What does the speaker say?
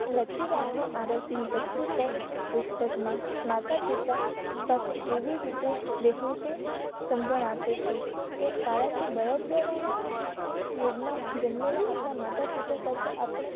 લખી રાખો આરસની તકતી પર પુસ્તકમાં માતાપિતા સાથે કેવી રીતે રહેવું તે સમજણ આપે છે કે કારણ કે બળદગાડાના યુગમાં જન્મેલા આપણાં માતાપિતા સાથે આપણે